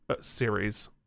series